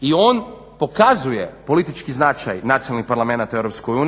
I on pokazuje politički značaj nacionalnih parlamenata u EU